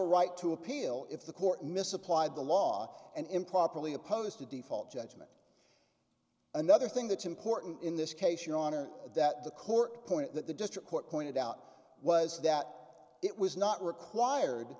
a right to appeal if the court misapplied the law and improperly opposed to default judgment another thing that's important in this case your honor that the court point that the district court pointed out was that it was not required